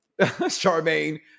Charmaine